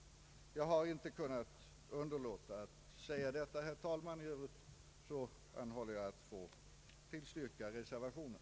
Jag har, herr talman, inte kunnat underlåta att säga detta. I övrigt anhåller jag att få tillstyrka reservationen.